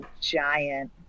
giant